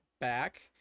back